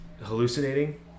hallucinating